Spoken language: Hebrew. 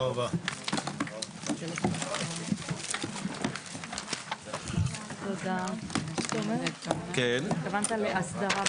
הישיבה ננעלה בשעה 16:14.